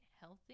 healthy